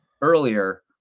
earlier